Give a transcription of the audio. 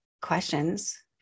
questions